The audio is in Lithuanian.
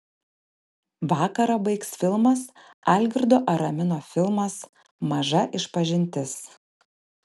vakarą baigs filmas algirdo aramino filmas maža išpažintis